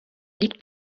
liegt